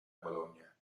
bologna